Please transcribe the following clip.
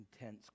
intense